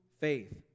faith